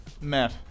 Matt